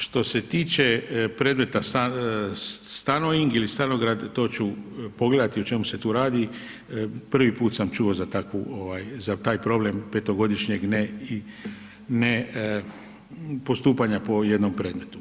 Što se tiče predmeta ... to ču pogledati o čemu se tu radi, prvi put sam čuo za taj problem petogodišnjeg ne postupanja po jednom predmetu.